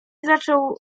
zaczął